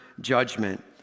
judgment